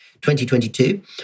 2022